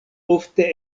ofte